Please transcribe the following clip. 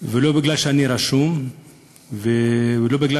לא רק בגלל שאני רשום ולא רק בגלל